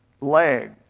leg